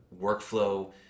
workflow